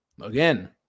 again